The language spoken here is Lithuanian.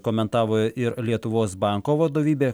komentavo ir lietuvos banko vadovybė